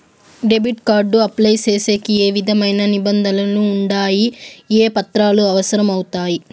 Debit card apply సేసేకి ఏ విధమైన నిబంధనలు ఉండాయి? ఏ పత్రాలు అవసరం అవుతాయి?